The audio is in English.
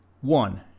One